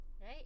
Right